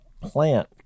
plant